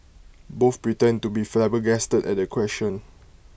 both pretend to be flabbergasted at the question